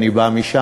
אני בא משם.